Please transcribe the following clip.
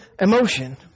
emotion